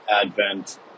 advent